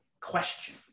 question